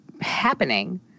happening